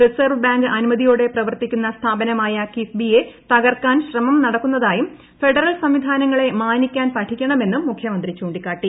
reserve bank അനുമതിയോടെ പ്രവർത്തിക്കുന്ന സ്ഥാപനമായ കിഫ്ബിയെ തകർക്കാൻ ശ്രമം നടക്കുന്നതായും ഫെഡറൽ സംവിധാനങ്ങളെ മാനിക്കാൻ പഠിക്കണമെന്നും മുഖ്യമന്ത്രി ചൂണ്ടിക്കാട്ടി